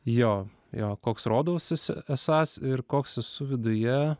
jo jo koks rodausis esąs ir koks esu viduje